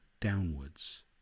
downwards